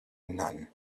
none